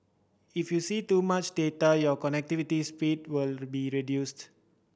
if you see too much data your connectivity speed will be reduced